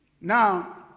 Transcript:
Now